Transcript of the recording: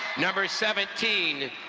number seventeen,